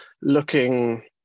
looking